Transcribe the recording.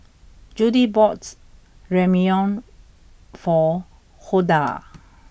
Jody bought Ramyeon for Huldah